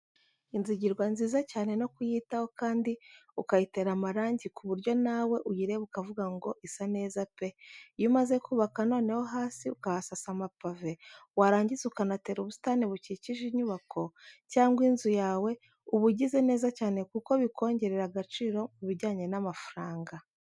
Inzu igirwa nziza cyane no kuyitaho kandi ukayitera amarangi ku buryo nawe uyireba ukavuga ngo isa neza pe! Iyo umaze kubaka noneho hasi ukahasasa amapave, warangiza ukanatera ubusitani bukikije inyubako cyangwa inzu yawe uba ugize neza cyane kuko bikongerera agaciro mu bijyanye n'amafaranga.